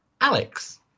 Alex